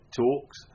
talks